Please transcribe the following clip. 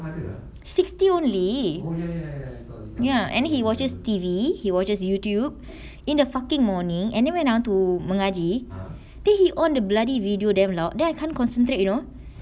sixty only ya and he watches T_V he watches youtube in the fucking morning and then when I want to mengaji then he on the bloody video damn loud then I can't concentrate you know